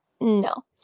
No